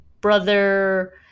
Brother